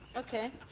okay.